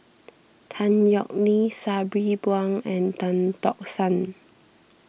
Tan Yeok Nee Sabri Buang and Tan Tock San